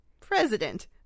President